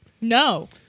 No